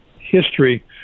history